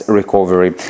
recovery